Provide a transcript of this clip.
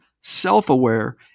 self-aware